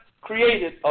created